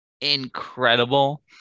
incredible